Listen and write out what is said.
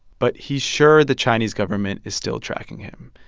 but he's sure the chinese government is still tracking him,